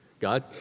God